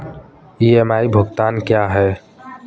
EMI भुगतान क्या है?